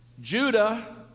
Judah